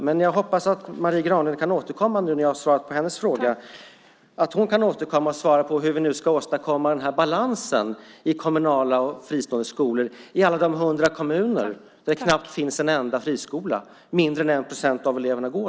Men jag hoppas att Marie Granlund kan återkomma och, nu när jag har svarat på hennes fråga, svara på hur vi ska åstadkomma balansen vad gäller kommunala och fristående skolor i alla de hundra kommuner där det knappt finns en enda friskola, där mindre än 1 procent av eleverna går.